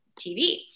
TV